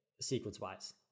sequence-wise